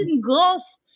ghosts